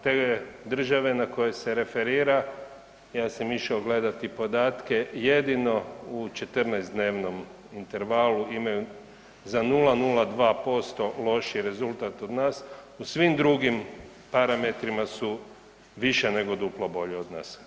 Te države na koje se referira, ja sam išao gledati podatke, jedino u 14-dnevnom intervalu imaju za 0,02% lošiji rezultat od nas, u svim drugim parametrima su više nego duplo bolji od nas.